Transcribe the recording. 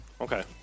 Okay